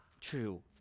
true